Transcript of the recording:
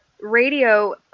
radio